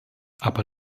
aber